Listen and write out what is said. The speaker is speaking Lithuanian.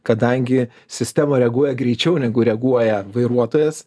kadangi sistema reaguoja greičiau negu reaguoja vairuotojas